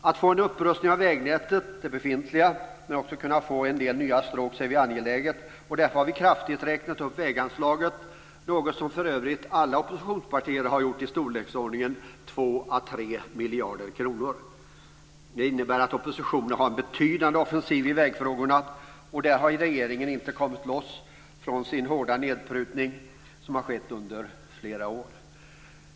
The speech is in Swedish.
Att få en upprustning av det befintliga vägnätet, men att också kunna få en del nya stråk ser vi som angeläget, och därför har vi kraftigt räknat upp väganslaget - något som för övrigt alla oppositionspartier har gjort - med i storleksordningen 2 à 3 miljarder kronor. Det innebär att oppositionen har en betydande offensiv i vägfrågorna. Där har regeringen inte kommit loss från sin hårda nedprutning som har pågått under flera år.